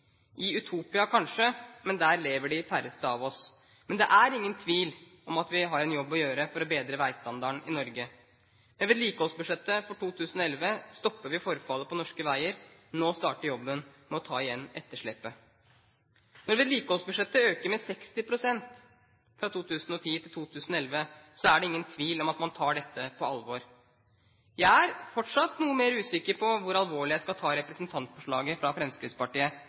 i Utopia kanskje, men der lever de færreste av oss. Men det er ingen tvil om at vi har en jobb å gjøre for å bedre veistandarden i Norge. Med vedlikeholdsbudsjettet for 2011 stopper vi forfallet på norske veier. Nå starter jobben med å ta igjen etterslepet. Når vedlikeholdsbudsjettet øker med 60 pst. fra 2010 til 2011, er det ingen tvil om at man tar dette på alvor. Jeg er fortsatt noe mer usikker på hvor alvorlig jeg skal ta representantforslaget fra Fremskrittspartiet,